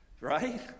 right